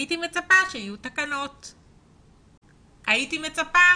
הייתי מצפה שיהיו תקנות והייתי מצפה